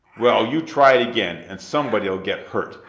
well, you try it again, and somebody ll get hurt,